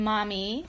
Mommy